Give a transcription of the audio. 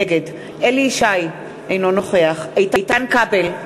נגד אליהו ישי, אינו נוכח איתן כבל,